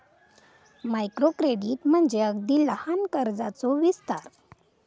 micro credit म्हणजे अगदी लहान कर्जाचो विस्तार